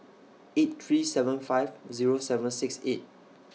eight three seven five Zero seven six eight